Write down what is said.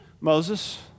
Moses